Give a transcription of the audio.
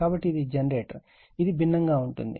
కాబట్టి ఇది జనరేటర్ ఇది భిన్నంగా ఉంటుంది